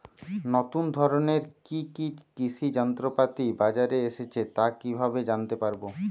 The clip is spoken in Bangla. নতুন ধরনের কি কি কৃষি যন্ত্রপাতি বাজারে এসেছে তা কিভাবে জানতেপারব?